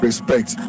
Respect